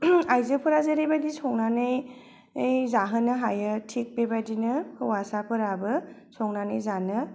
आयजोफोरा जेरैबादि संनानै जाहोनो हायो थिग बेबादिनो हौवसाफोराबो संनानै जानो हायो